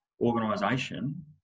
organization